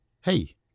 Hey